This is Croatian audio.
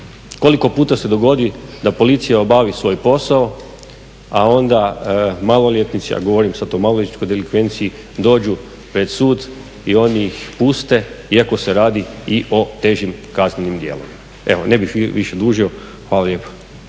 Koliko puta se dogodi da policija obavi svoj posao, a onda maloljetnici, govorim sada o maloljetničkoj delikvenciji dođu pred sud i oni ih puste iako se radi i o težim kaznenim djelima. Evo ne bih više dužio. Hvala lijepa.